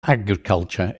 agriculture